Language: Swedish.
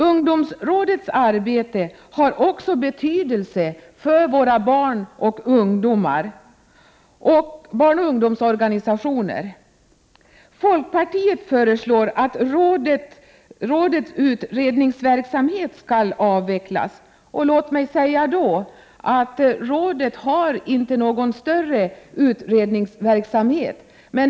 Ungdomsrådets arbete har även betydelse för våra barn och ungdomar och barnoch ungdomsorganisationer. Folkpartiet föreslår att rådets utredningsverksamhet skall avvecklas. Låt mig då säga att rådet inte har någon större utredningsverksamhet.